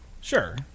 Sure